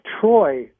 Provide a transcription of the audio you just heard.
Troy